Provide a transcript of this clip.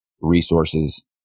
Resources